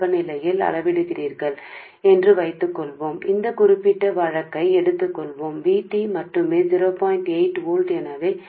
కాబట్టి మీరు గది ఉష్ణోగ్రత వద్ద దీనిని కొలిచామని చెప్పుదాం ఈ ప్రత్యేక కేసుని తీసుకుందాం VT మాత్రమే 0